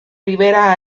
ribera